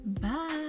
bye